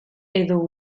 edo